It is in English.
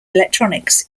electronics